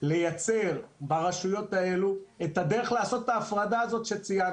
לייצר ברשויות האלו את הדרך לעשות את ההפרדה הזאת שציינתי.